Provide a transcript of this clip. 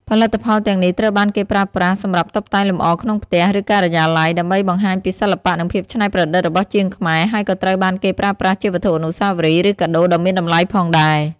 ផលិតផលទាំងនេះត្រូវបានគេប្រើប្រាស់សម្រាប់តុបតែងលម្អក្នុងផ្ទះ ឬការិយាល័យ ដើម្បីបង្ហាញពីសិល្បៈនិងភាពច្នៃប្រឌិតរបស់ជាងខ្មែរ ហើយក៏ត្រូវបានគេប្រើប្រាស់ជាវត្ថុអនុស្សាវរីយ៍ ឬកាដូដ៏មានតម្លៃផងដែរ។